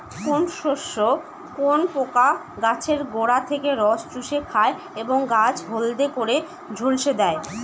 কোন শস্যে কোন পোকা গাছের গোড়া থেকে রস চুষে খায় এবং গাছ হলদে করে ঝলসে দেয়?